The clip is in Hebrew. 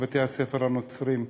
בבתי-הספר הנוצריים.